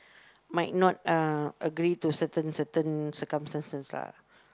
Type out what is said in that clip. might not uh agree to certain certain circumstances lah